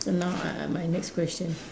so now I I my next question